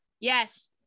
Yes